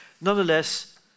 Nonetheless